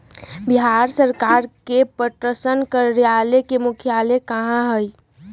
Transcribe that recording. बिहार सरकार के पटसन कार्यालय के मुख्यालय कहाँ हई?